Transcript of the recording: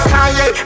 Kanye